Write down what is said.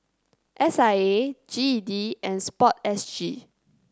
S I A G E D and sport S G